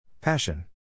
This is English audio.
Passion